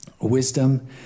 wisdom